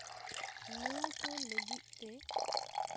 ᱱᱚᱣᱟ ᱠᱚ ᱞᱟᱹᱜᱤᱫ ᱛᱮ